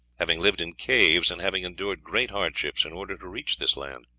having lived in caves, and having endured great hardships in order to reach this land.